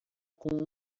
com